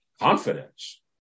confidence